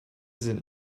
sind